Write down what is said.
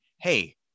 hey